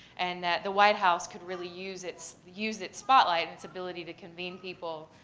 and that the white house could really use its use its spotlight, its ability to convene people